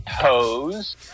toes